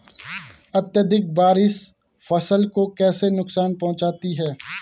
अत्यधिक बारिश फसल को कैसे नुकसान पहुंचाती है?